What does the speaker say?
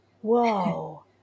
whoa